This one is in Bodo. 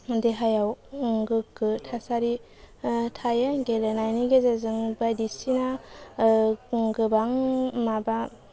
देहायाव गोगो थासारि थायो गेलेनायनि गेजेरजों बायदिसिना गोबां माबा